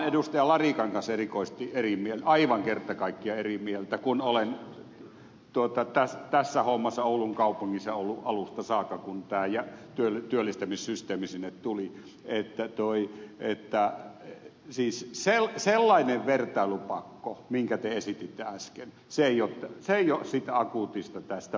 larikan kanssa erikoisesti aivan kerta kaikkiaan eri mieltä kun olen tässä hommassa oulun kaupungissa ollut alusta saakka kun tämä työllistämissysteemi sinne tuli että sellainen vertailupakko minkä te esititte äsken ei ole akuutisti tästä päivästä